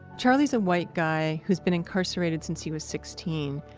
charlie's a white guy who's been incarcerated since he was sixteen.